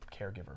caregiver